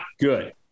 good